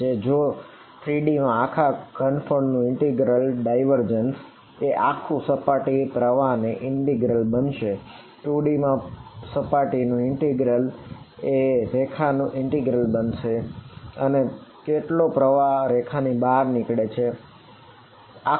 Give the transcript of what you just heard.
તેથી જો 3D માં આખા ઘનફળ નું ઇન્ટિગ્રલ ડાઇવર્જન્સ બનશે અને કેટલો પ્રવાહ રેખાની બહાર નીકળે છે તે છે